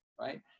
right